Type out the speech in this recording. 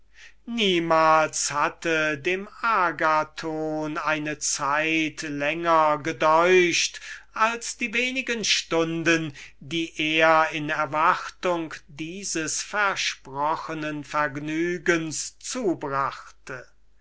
niemals hatte den agathon eine zeit länger gedaucht als die wenigen stunden die er in erwartung dieses versprochenen vergnügens zubrachte